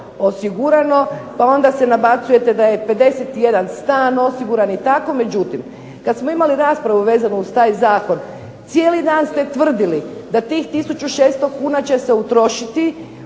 pa onda se nabacujete da je 51 stan osiguran i tako. Međutim, kad smo imali raspravu vezanu uz taj zakon cijeli dan ste tvrdili da tih 1600 kn će se utrošiti